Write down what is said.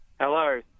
Hello